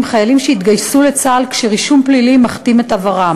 חיילים שהתגייסו לצה"ל כשרישום פלילי מכתים את עברם.